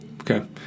Okay